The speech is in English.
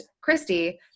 Christy